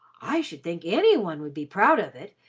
i should think any one would be proud of it,